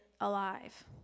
alive